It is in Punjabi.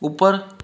ਉੱਪਰ